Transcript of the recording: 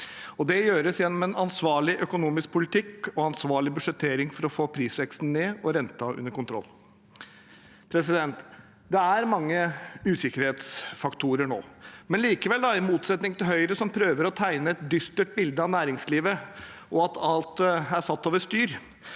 Det gjøres gjennom en ansvarlig økonomisk politikk og ansvarlig budsjettering for å få prisveksten ned og renten under kontroll. Det er mange usikkerhetsfaktorer nå, men likevel ser vi – i motsetning til Høyre, som prøver å tegne et dystert bilde av næringslivet og at alt er satt over styr